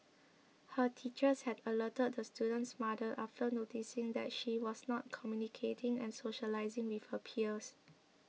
her teachers had alerted the student's mother after noticing that she was not communicating and socialising with her peers